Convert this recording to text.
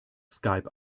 skype